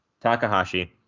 Takahashi